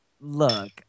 look